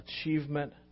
achievement